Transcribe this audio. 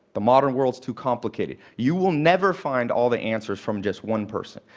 the modern world's too complicated. you will never find all the answers from just one person.